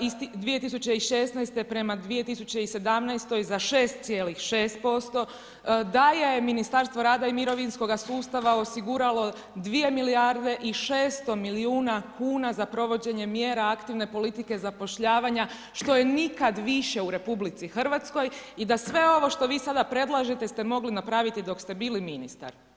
iz 2016. prema 2017. za 6,6%, da je Ministarstvo rada i mirovinskog sustava osiguralo 2 milijarde i 600 milijuna kuna za provođenje mjera aktivne politike zapošljavanje, što je nikad više u RH i da sve ovo što vi sada predlažete ste mogli napraviti dok ste bili ministar.